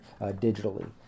digitally